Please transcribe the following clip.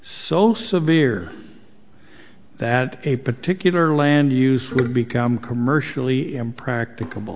so severe that a particular land use would become commercially impractica